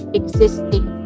existing